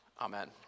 Amen